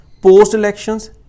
post-elections